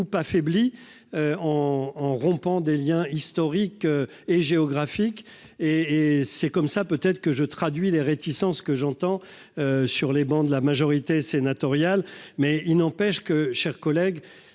affaibli. En en rompant des Liens historiques et géographiques et et c'est comme ça, peut être que je traduis les réticences que j'entends. Sur les bancs de la majorité sénatoriale. Mais il n'empêche que, chers collègues.